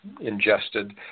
ingested